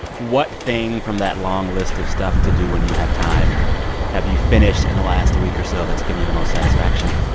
what thing from that long list of stuff to do when you have time have you finished in the last week or so that's given you the most satisfaction?